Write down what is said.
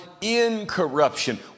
incorruption